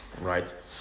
right